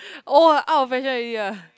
oh out of fashion already ah